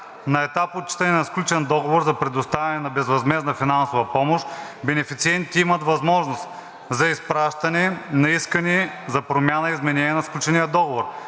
На етап отчитане на сключен договор за предоставяне на безвъзмездна финансова помощ бенефициентите имат възможност: за изпращане на искане за промяна, изменение на сключения договор,